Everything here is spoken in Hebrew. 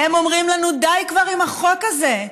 הם אומרים לנו: די כבר עם החוק הזה,